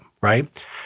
right